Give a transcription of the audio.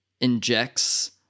injects